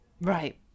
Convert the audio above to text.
Right